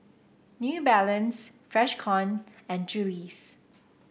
New Balance Freshkon and Julie's